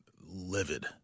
livid